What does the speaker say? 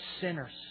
sinners